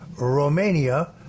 Romania